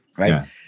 right